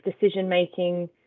decision-making